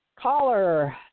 Caller